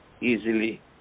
easily